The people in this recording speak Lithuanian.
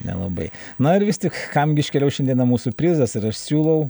nelabai na ir vis tik kam gi iškeliaus šiandieną mūsų prizas ir aš siūlau